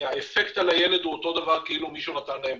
האפקט על הילד הוא אותו דבר כאילו מישהו נתן לו בוקס.